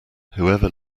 whoever